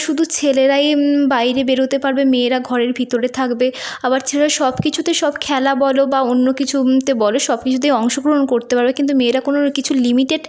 শুধু ছেলেরাই বাইরে বেরোতে পারবে মেয়েরা ঘরের ভিতরে থাকবে আবার ছেলেরা সব কিছুতে সব খেলা বলো বা অন্য কিছুতে বলো সব কিছুতেই অংশগ্রহণ করতে পারবে কিন্তু মেয়েরা কোনো কিছু লিমিটেড